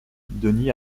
denis